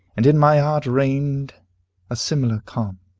and in my heart reigned a similar calm.